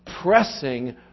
pressing